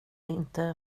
inte